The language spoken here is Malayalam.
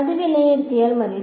അത് വിലയിരുത്തിയാൽ മതി